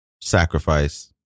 sacrifice